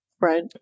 Right